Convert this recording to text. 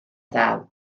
ddaw